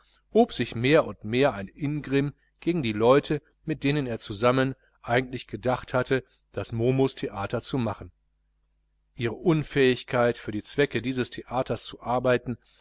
hob sich mehr und mehr ein ingrimm gegen die leute mit denen zusammen er eigentlich gedacht hatte das momus theater zu machen ihre unfähigkeit für die zwecke dieses theaters zu arbeiten